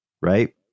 right